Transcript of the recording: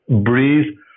Breathe